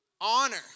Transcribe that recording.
honor